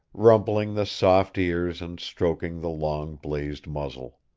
rumpling the soft ears and stroking the long, blazed muzzle.